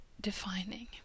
defining